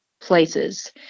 places